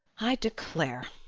i declare,